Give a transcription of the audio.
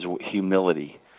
humility